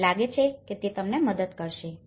મને લાગે છે કે તે તમને મદદ કરશે